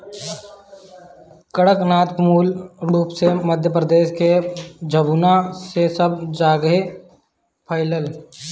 कड़कनाथ मूल रूप से मध्यप्रदेश के झाबुआ से सब जगेह फईलल